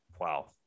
Wow